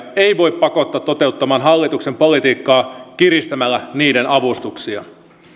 ei voi pakottaa toteuttamaan hallituksen politiikkaa kiristämällä niiden avustuksia